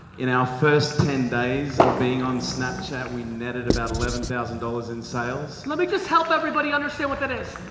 in our first ten days of being on snapchat we netted about eleven thousand dollars in sales. let me just help everybody understand what that is,